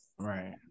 right